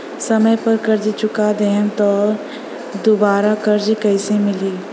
समय पर कर्जा चुका दहम त दुबाराकर्जा कइसे मिली?